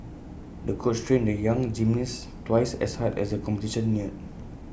the coach trained the young gymnast twice as hard as the competition neared